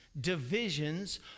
divisions